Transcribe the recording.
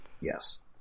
Yes